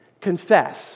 confess